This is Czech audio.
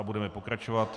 Budeme pokračovat.